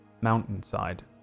mountainside